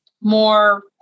more